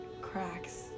cracks